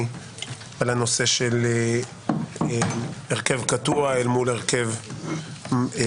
על הנושא של הרכב קטוע אל מול הרכב חסר,